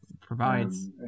provides